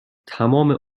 تمام